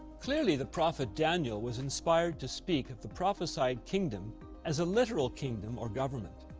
clearly the prophet daniel was inspired to speak of the prophesied kingdom as a literal kingdom or government